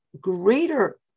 greater